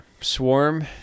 Swarm